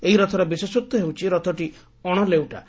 ଏହି ରଥର ବିଶେଷତ୍ୱ ହେଉଛି ରଥଟି ଅଶଲେଉଟା